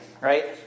right